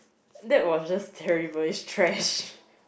that was just terrible it's trash